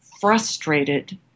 frustrated